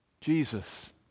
Jesus